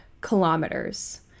kilometers